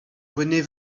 renée